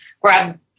grab